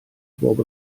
bob